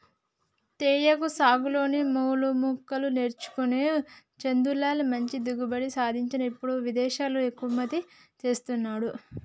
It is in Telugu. తేయాకు సాగులో మెళుకువలు నేర్చుకొని చందులాల్ మంచి దిగుబడి సాధించి ఇప్పుడు విదేశాలకు ఎగుమతి చెస్తాండు